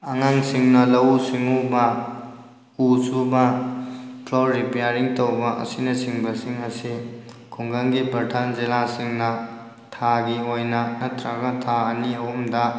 ꯑꯉꯥꯡꯁꯤꯡꯅ ꯂꯧꯎ ꯁꯤꯡꯎꯕ ꯎ ꯁꯨꯕ ꯐ꯭ꯂꯣꯔ ꯔꯤꯄꯤꯌꯥꯔꯤꯡ ꯇꯧꯕ ꯑꯁꯤꯅꯆꯤꯡꯕꯁꯤꯡ ꯑꯁꯤ ꯈꯨꯡꯒꯪꯒꯤ ꯄ꯭ꯔꯙꯥꯟ ꯖꯤꯂꯥꯁꯤꯡꯅ ꯊꯥꯒꯤ ꯑꯣꯏꯅ ꯅꯠꯇ꯭ꯔꯒ ꯊꯥ ꯑꯅꯤ ꯑꯍꯨꯝꯗ